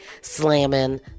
slamming